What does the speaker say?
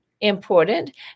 important